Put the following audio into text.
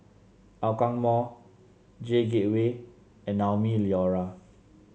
Hougang Mall J Gateway and Naumi Liora